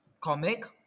comic